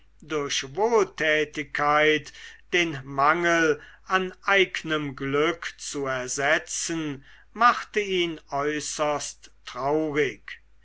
durch wohltätigkeit den mangel an eignem glück zu ersetzen machte ihn äußerst traurig